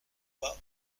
pas